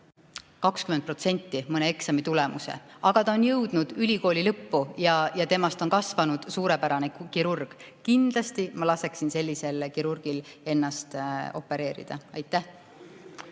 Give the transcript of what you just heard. mõnel eksamil tulemuseks 20%, aga ta on jõudnud ülikooli lõppu ja temast on kasvanud suurepärane kirurg. Kindlasti laseksin ma sellisel kirurgil ennast opereerida. Aitäh